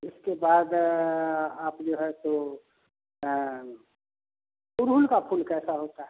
उसके बाद आप जो है सो उड़हुल का फूल कैसा होता है